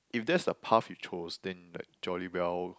if that's the path you chose then like jolly well